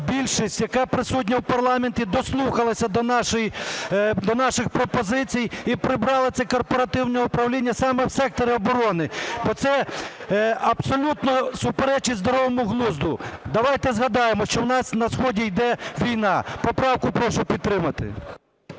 більшість, яка присутня в парламенті дослухалась до наших пропозицій і прибрала це корпоративне управління саме в секторі оборони, бо це абсолютно суперечить здоровому глузду. Давайте згадаємо, що у нас на сході йде війна. Поправку прошу підтримати.